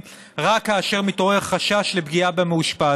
רק כאשר מתעורר חשש לפגיעה במאושפז.